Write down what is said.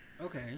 Okay